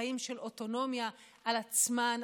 חיים של אוטונומיה על עצמן,